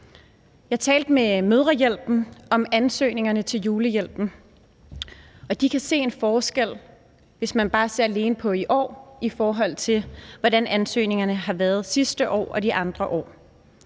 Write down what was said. Jeg talte med Mødrehjælpen om ansøgningerne til julehjælpen, og de kan se en forskel, hvis man alene ser på i år, i forhold til hvordan ansøgningerne har været sidste år og de andre år.